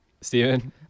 Stephen